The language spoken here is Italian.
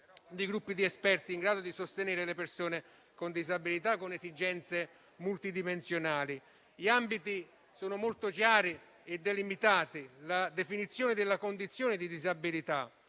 dei gruppi di esperti in grado di sostenere le persone con disabilità con esigenze multidimensionali; la definizione -gli ambiti sono molto chiari e delimitati - della condizione di disabilità;